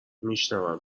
میشونم